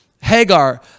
Hagar